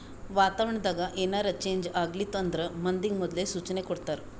ವಾತಾವರಣ್ ದಾಗ್ ಏನರೆ ಚೇಂಜ್ ಆಗ್ಲತಿತ್ತು ಅಂದ್ರ ಮಂದಿಗ್ ಮೊದ್ಲೇ ಸೂಚನೆ ಕೊಡ್ತಾರ್